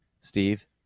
Steve